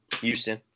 Houston